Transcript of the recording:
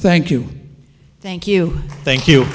thank you thank you thank you